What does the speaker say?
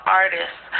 artists